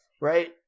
right